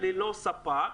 ללא ספק,